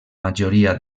majoria